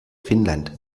finnland